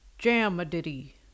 Jam-a-ditty